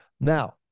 Now